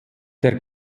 der